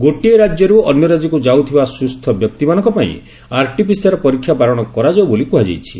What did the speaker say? ଗୋଟିଏ ରାଜ୍ୟରୁ ଅନ୍ୟ ରାଜ୍ୟକୁ ଯାଉଥିବା ସୁସ୍ଥ ବ୍ୟକ୍ତିମାନଙ୍କ ପାଇଁ ଆରଟିପିସିଆର ପରୀକ୍ଷା ବାରଣ କରାଯାଉ ବୋଲି କୁହାଯାଇଛି